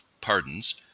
pardons